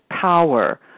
power